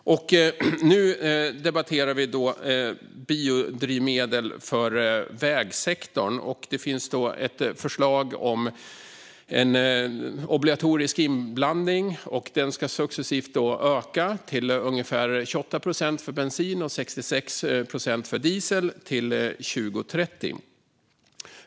Nu debatterar vi biodrivmedel för vägsektorn. Det finns ett förslag om obligatorisk inblandning. Den ska successivt öka till ungefär 28 procent för bensin och 66 procent för diesel till 2030.